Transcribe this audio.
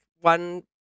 one